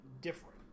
different